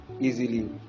easily